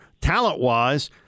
talent-wise